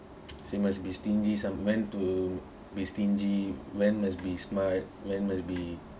so you must be stingy when to be stingy when must be smart when must be